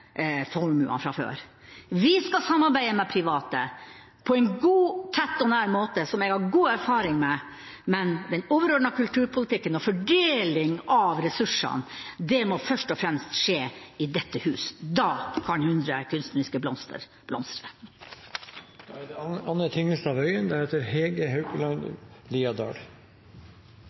formuene fra før. Vi skal samarbeide med private på en god, tett og nær måte, som jeg har god erfaring med, men den overordnede kulturpolitikken og fordelingen av ressursene må først og fremst skje i dette hus – da kan hundre kunstneriske blomster blomstre. Jeg måtte be om ordet da